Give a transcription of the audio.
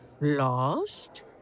Lost